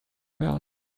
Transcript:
about